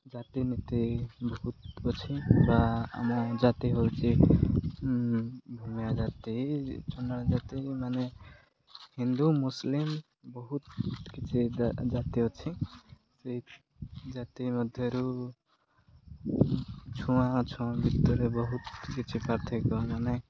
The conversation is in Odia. ଜାତି ନୀତି ବହୁତ ଅଛି ବା ଆମ ଜାତି ହେଉଛି ଭୂମିଆ ଜାତି ଚଣ୍ଡାଳ ଜାତି ମାନେ ହିନ୍ଦୁ ମୁସଲିମ୍ ବହୁତ କିଛି ଜା ଜାତି ଅଛି ସେଇ ଜାତି ମଧ୍ୟରୁ ଛୁଆଁ ଅଛୁଆଁ ଭିତରେ ବହୁତ କିଛି ପାର୍ଥକ୍ୟ ମାନେ